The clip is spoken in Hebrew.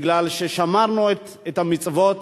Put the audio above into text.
בגלל ששמרנו את המצוות,